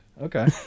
okay